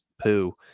poo